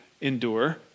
endure